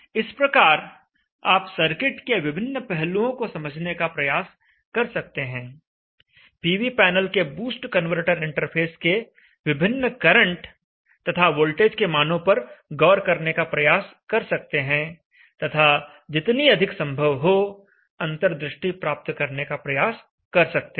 इस प्रकार आप सर्किट के विभिन्न पहलुओं को समझने का प्रयास कर सकते हैं पीवी पैनल के बूस्ट कन्वर्टर इंटरफ़ेस के विभिन्न करंट तथा वोल्टेज के मानो पर गौर करने का प्रयास कर सकते हैं तथा जितनी अधिक संभव हो अंतर्दृष्टि प्राप्त करने का प्रयास कर सकते हैं